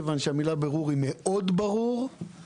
כיוון שהמילה "ברור" היא מאוד ברורה.